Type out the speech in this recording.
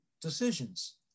decisions